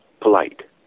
polite